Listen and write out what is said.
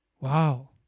Wow